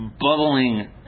bubbling